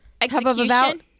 execution